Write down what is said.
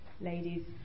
ladies